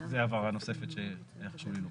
זה הבהרה נוספת שהיה חשוב לי לומר.